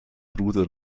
bruder